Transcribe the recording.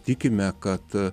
tikime kad